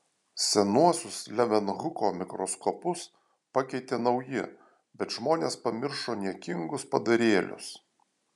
senuosius levenhuko mikroskopus pakeitė nauji bet žmonės pamiršo niekingus padarėlius